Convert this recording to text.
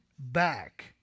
back